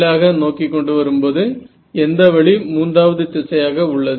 கீழாக நோக்கி கொண்டுவரும்போது எந்த வழி மூன்றாவது திசையாக உள்ளது